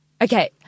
Okay